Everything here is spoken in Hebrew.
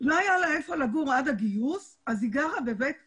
לא היה לה איפה לגור עד הגיוס אז היא גרה בבית הוריה,